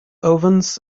ovens